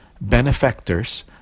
benefactors